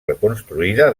reconstruïda